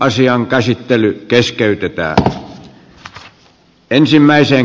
toinen varapuhemies anssi joutsenlahti